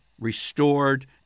restored